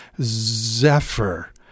zephyr